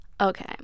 Okay